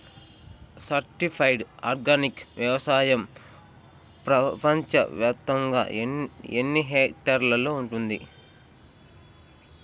Certified organic వ్యవసాయం ప్రపంచ వ్యాప్తముగా ఎన్నిహెక్టర్లలో ఉంది?